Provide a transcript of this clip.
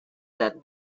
that